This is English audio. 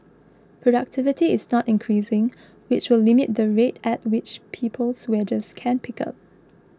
productivity is not increasing which will limit the rate at which people's wages can pick up